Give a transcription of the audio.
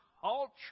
culture